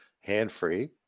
hand-free